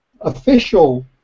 official